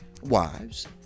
wives